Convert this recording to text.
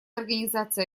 организации